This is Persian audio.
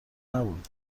نبود